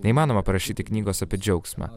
neįmanoma parašyti knygos apie džiaugsmą